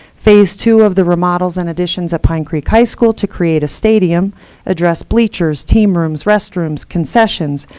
phase two of the remodels and additions at pine creek high school to create a stadium address bleachers, team rooms, restrooms, concessions,